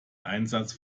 einsatz